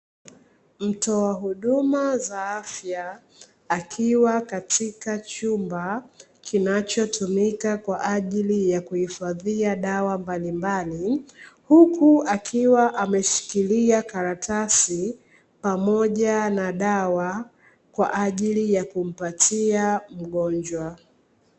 Mtoa huduma za afya, akiwa katika chumba kinachotumika kwa ajili ya kuhifadhia dawa mbalimbali, huku akiwa ameshikilia karatasi pamoja na dawa, kwa ajili ya kumpatia mgonjwa.